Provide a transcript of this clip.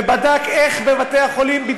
ובדק את בתי-החולים שבהם עושים את ההתמחויות,